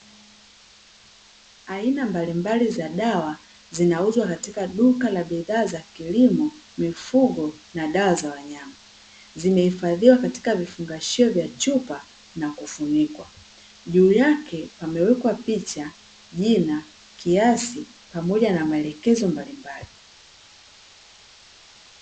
Aina mbalimbali za dawa zinauzwa katika duka la bidhaa za kilimo, mifugo na dawa za wanyama. Zimehifadhiwa katika vifungashio vya chupa na kufunikwa. Juu yake pamewekwa picha, jina, kiasi pamoja na maelekezo mbalimbali.